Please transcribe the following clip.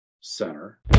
center